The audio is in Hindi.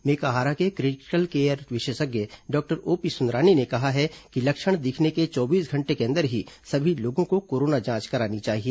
मेकाहारा के क्रिटिकल केयर विशेषज्ञ डॉक्टर ओपी सुंदरानी ने कहा कि लक्षण दिखने के चौबीस घंटे के अंदर ही सभी लोगों को कोरोना जांच करानी चाहिए